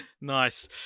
Nice